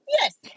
Yes